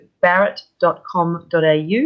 barrett.com.au